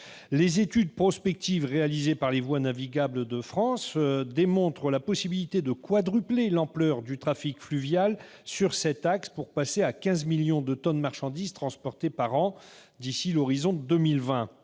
Les études prospectives réalisées par Voies navigables de France démontrent la possibilité de quadrupler l'ampleur du trafic fluvial sur cet axe, pour passer à 15 millions de tonnes de marchandises transportées par an à l'horizon 2020.